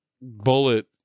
bullet